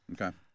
Okay